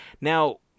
Now